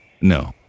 No